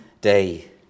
day